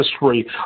history